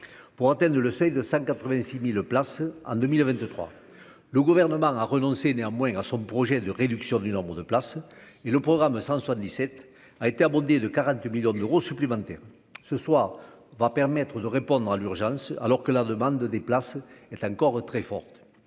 pour Antenne 2 le seuil de 186000 E place en 2023, le gouvernement a renoncé néanmoins à son projet de réduction du nombre de places et le programme 177 a été abondé de 40 millions d'euros supplémentaires ce soir va permettre de répondre à l'urgence, alors que la demande de des places est encore très forte,